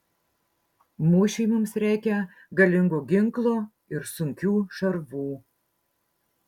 mūšiui mums reikia galingo ginklo ir sunkių šarvų